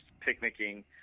picnicking